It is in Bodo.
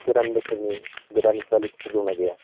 गोदान बोसोरनि गोदान कवालिटिफोर दंना गैया